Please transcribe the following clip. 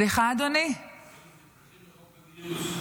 אתם דנים בחוק הגיוס?